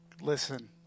Listen